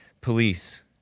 police